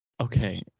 Okay